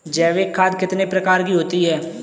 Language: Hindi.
जैविक खाद कितने प्रकार की होती हैं?